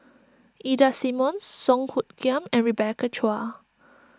Ida Simmons Song Hoot Kiam and Rebecca Chua